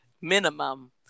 minimum